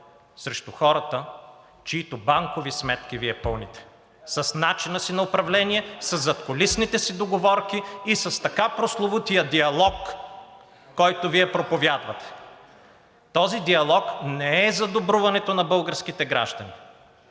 срещу хората, чиито банкови сметки Вие пълните с начина си на управление, със задкулисните си договорки и с така прословутия диалог, който Вие проповядвате. Този диалог не е за добруването на българските граждани.